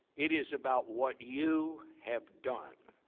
it is about what you have done.